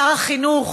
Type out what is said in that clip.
שר החינוך,